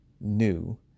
new